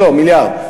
לא לא, מיליארד.